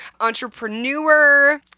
entrepreneur